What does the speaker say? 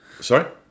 Sorry